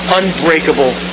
unbreakable